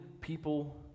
people